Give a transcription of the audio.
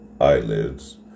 eyelids